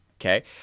Okay